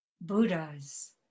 Buddhas